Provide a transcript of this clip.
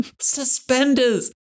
Suspenders